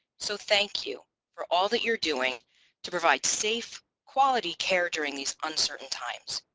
so thank you for all that you're doing to provide safe quality care during these uncertain times.